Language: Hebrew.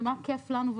מה יותר כיף לנו.